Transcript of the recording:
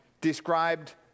described